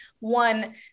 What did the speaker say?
One